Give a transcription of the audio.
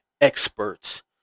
experts